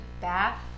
Bath